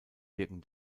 wirken